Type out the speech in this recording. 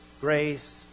grace